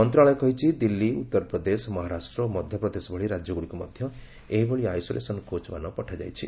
ମନ୍ତ୍ରଣାଳୟ କହିଛି ଦିଲ୍ଲୀ ଉତ୍ତରପ୍ରଦେଶ ମହାରାଷ୍ଟ୍ର ଓ ମଧ୍ୟପ୍ରଦେଶ ଭଳି ରାଜ୍ୟଗୁଡ଼ିକୁ ମଧ୍ୟ ଏଭଳି ଆଇସୋଲେସନ୍ କୋଚ୍ମାନ ପଠାଯାଇଛି